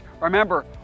remember